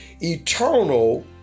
eternal